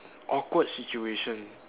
awkward situation